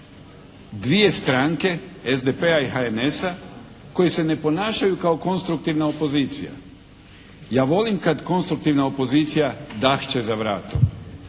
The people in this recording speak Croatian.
dvije stranke SDP-a i HNS-a koji se ne ponašaju kao konstruktivna opozicija. Ja volim kad konstruktivna opozicija dahće za vratom.